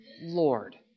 Lord